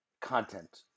content